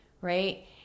right